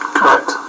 Correct